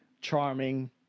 charming